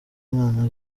mwana